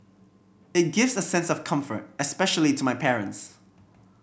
it gives a sense of comfort especially to my parents